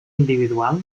individual